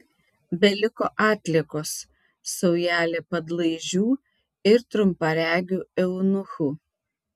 beliko atliekos saujelė padlaižių ir trumparegių eunuchų